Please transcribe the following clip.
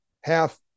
half